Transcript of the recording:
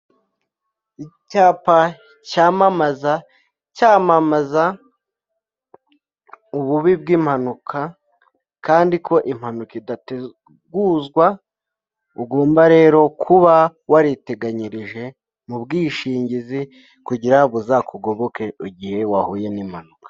Icyapa cyamamaza, cyamamaza ububi bw'impanuka, kandi ko impanuka idateguzwa, ugomba rero kuba wariteganyirije mu bwishingizi, kugira buzakugoboke igihe wahuye n'impanuka.